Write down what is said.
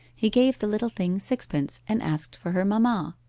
he gave the little thing sixpence, and asked for her mamma.